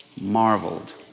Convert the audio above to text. marveled